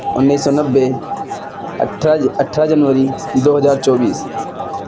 انیس سو نوے اٹھارہ اٹھارہ جنوری دو ہزار چوبیس